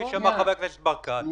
כפי שאמר חבר הכנסת ברקת,